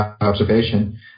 observation